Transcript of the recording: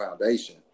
foundation